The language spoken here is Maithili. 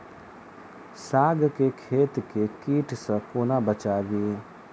साग केँ खेत केँ कीट सऽ कोना बचाबी?